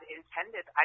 intended